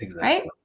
right